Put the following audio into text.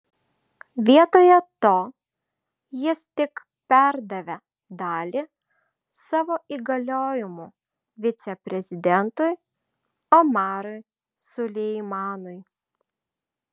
vietoje to jis tik perdavė dalį savo įgaliojimų viceprezidentui omarui suleimanui